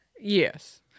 Yes